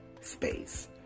space